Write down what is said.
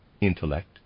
intellect